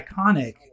iconic